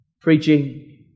preaching